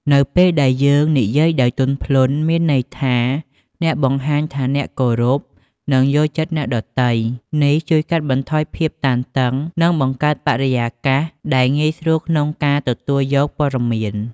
នៅពេលដែលយើងនិយាយដោយទន់ភ្លន់ មានន័យថាអ្នកបង្ហាញថាអ្នកគោរព និងយល់ចិត្តអ្នកដទៃ នេះជួយកាត់បន្ថយភាពតានតឹង និងបង្កើតបរិយាកាសដែលងាយស្រួលក្នុងការទទួលយកព័ត៌មាន។